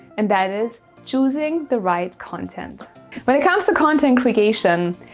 and that is choosing the right content when it comes to content creation,